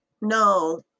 No